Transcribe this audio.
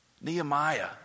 nehemiah